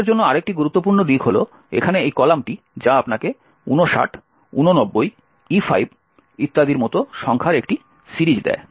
আমাদের জন্য আরেকটি গুরুত্বপূর্ণ দিক হল এখানে এই কলামটি যা আপনাকে 59 89 E5 ইত্যাদির মতো সংখ্যার একটি সিরিজ দেয়